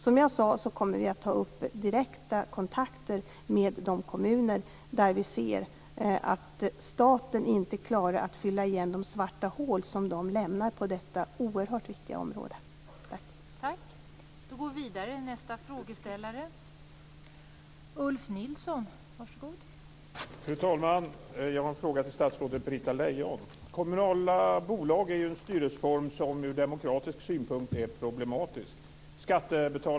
Som jag sade kommer vi att ta upp direkta kontakter med de kommuner som lämnar svarta hål, som staten inte klarar av att fylla igen, på detta oerhört viktiga område.